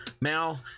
Mal